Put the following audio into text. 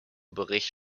bericht